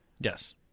Yes